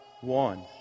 one